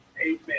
Amen